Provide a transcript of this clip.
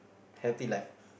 happy life